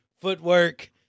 footwork